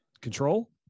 Control